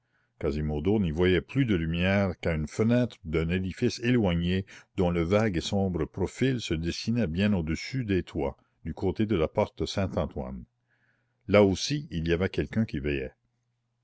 quasimodo n'y voyait plus de lumière qu'à une fenêtre d'un édifice éloigné dont le vague et sombre profil se dessinait bien au-dessus des toits du côté de la porte saint-antoine là aussi il y avait quelqu'un qui veillait